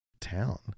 town